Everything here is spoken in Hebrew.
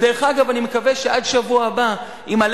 ואגב, אני מקווה שעד השבוע הבא,